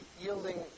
yielding